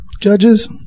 judges